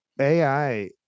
AI